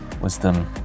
Wisdom